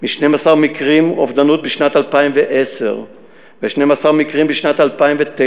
מ-12 מקרי אובדנות בשנת 2010 ו-12 מקרים בשנת 2009,